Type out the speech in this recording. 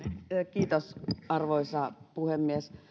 kiitos arvoisa puhemies